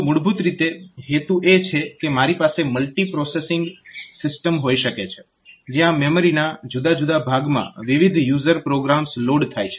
તો મૂળભૂત રીતે હેતુ એ છે કે મારી પાસે મલ્ટીપ્રોસેસિંગ સિસ્ટમ હોઈ શકે છે જ્યાં મેમરીના જુદા જુદા ભાગમાં વિવિધ યુઝર પ્રોગ્રામ્સ લોડ થાય છે